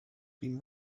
been